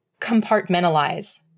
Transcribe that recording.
compartmentalize